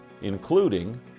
including